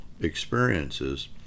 experiences